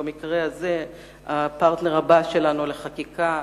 וביעד הזה השותף שלנו לחקיקה,